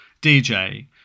DJ